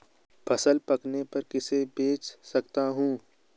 फसल पकने पर किसे बेच सकता हूँ?